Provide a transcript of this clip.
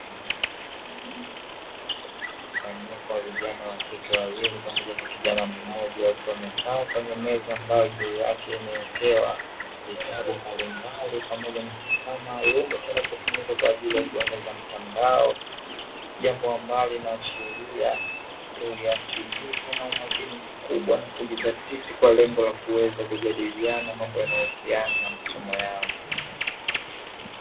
Mkusanyiko wa vijana wa kike wawili pamoja na kijana mmoja wa kiume wamekaa katika meza ambayo juu yake imewekewa vitabu mbalimbali pamoja na kifaa maalumu kinachitumika kwa ajili ya huduma za mtandao jambo ambalo linaashiria uyakinifu na kujizatiti katika mambo ambayo yanaweza kuwasaidia katika masomo yao.